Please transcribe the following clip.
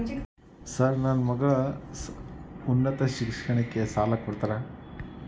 Sir ನನ್ನ ಮಗಳ ಉನ್ನತ ಶಿಕ್ಷಣಕ್ಕೆ ಸಾಲ ಕೊಡುತ್ತೇರಾ?